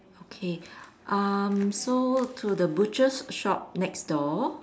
okay um so to the butcher's shop next door